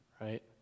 Right